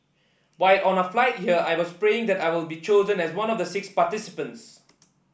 while on our flight here I was praying that I will be chosen as one of the six participants